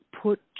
put